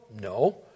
No